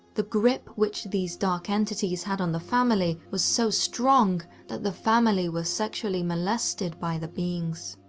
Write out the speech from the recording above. the grip which these dark entities had on the family was so strong that the family were sexually molested by the beings.